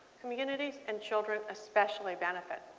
communities and children especially benefit.